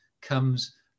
comes